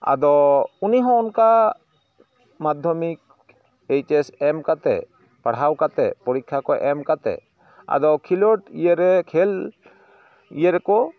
ᱟᱫᱚ ᱩᱱᱤᱦᱚᱸ ᱚᱱᱠᱟ ᱢᱟᱫᱽᱫᱷᱚᱢᱤᱠ ᱮᱭᱤᱪ ᱮᱹᱥ ᱮᱢ ᱠᱟᱛᱮ ᱯᱟᱲᱦᱟᱣ ᱠᱟᱛᱮ ᱯᱚᱨᱤᱠᱠᱷᱟᱠᱚ ᱮᱢ ᱠᱟᱛᱮ ᱟᱫᱚ ᱠᱷᱤᱞᱳᱰ ᱤᱭᱟᱹᱨᱮ ᱠᱷᱮᱞ ᱤᱭᱟᱹᱨᱮ ᱠᱚ